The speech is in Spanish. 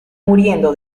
muriendo